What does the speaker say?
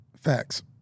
Facts